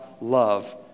love